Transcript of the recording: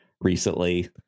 recently